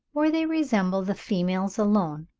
or they resemble the females alone.